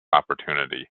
opportunity